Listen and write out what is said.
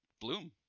Bloom